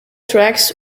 tracks